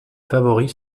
favoris